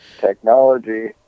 Technology